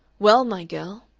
well, my girl,